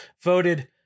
voted